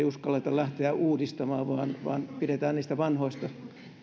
uskalleta lähteä uudistamaan vaan pidetään kiinni niistä vanhoista